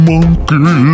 Monkey